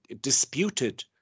disputed